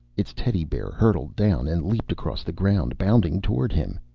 its teddy bear hurtled down and leaped across the ground, bounding toward him.